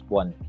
one